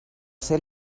ser